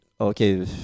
okay